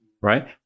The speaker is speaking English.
right